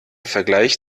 vergleich